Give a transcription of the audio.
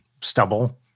stubble